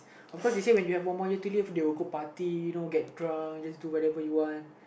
of course they say when you have one more year to live they will go party you know get drunk do whatever you want